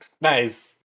Nice